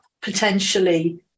potentially